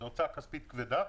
זו הוצאה כספית כבדה.